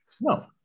No